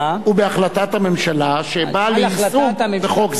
ובהחלטת הממשלה שבאה ליישום בחוק זה.